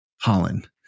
Holland